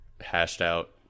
hashed-out